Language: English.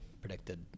predicted